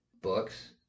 books